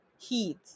heat